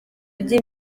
mijyi